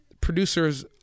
producers